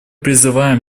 призываем